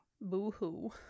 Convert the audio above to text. Boo-hoo